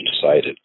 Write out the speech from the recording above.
decided